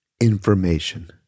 information